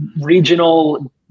regional